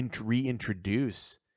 reintroduce